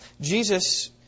Jesus